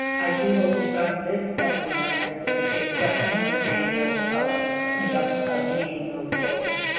i do hope you found this seminar as an exceptional example of and of meeting those goals.